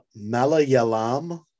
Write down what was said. Malayalam